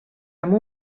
amb